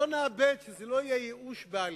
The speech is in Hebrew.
לא נאבד, שזה לא יהיה ייאוש בעלים.